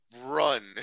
run